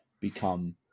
become